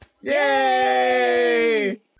Yay